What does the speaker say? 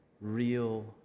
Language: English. real